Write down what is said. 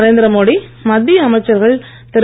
நரேந்திரமோடி மத்திய அமைச்சர்கள் திரு